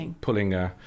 pulling